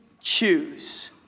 choose